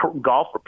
golf